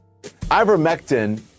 Ivermectin